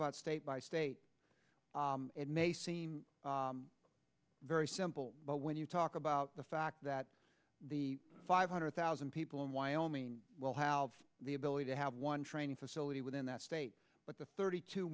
about state by state it may seem very simple but when you talk about the fact that the five hundred thousand people in wyoming well how the ability to have one training facility within that state but the thirty two